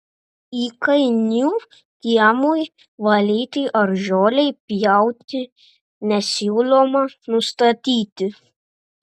įkainių kiemui valyti ar žolei pjauti nesiūloma nustatyti